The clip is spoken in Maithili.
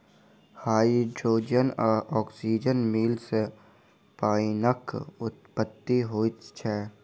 हाइड्रोजन आ औक्सीजनक मेल सॅ पाइनक उत्पत्ति होइत छै